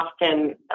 often